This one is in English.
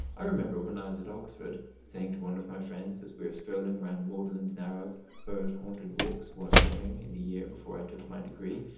i remember when i was at oxford saying to one of my friends as we were strolling round magdalen's narrow bird-haunted walks one morning in the year before i took my degree,